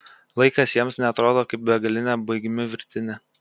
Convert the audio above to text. laikas jiems neatrodo kaip begalinė baigmių virtinė